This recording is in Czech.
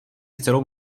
celou